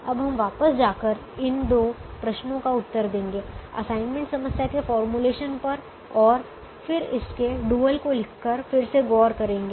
अब हम वापस जाकर इन दो प्रश्नों का उत्तर देंगे असाइनमेंट समस्या के फॉर्मूलेशन पर और फिर इसके डुअल को लिखकर फिर से गौर करेंगे